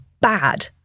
Bad